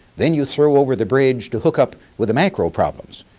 then you throw over the bridge to hook up with the macro problems.